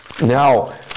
Now